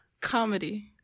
comedy